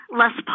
less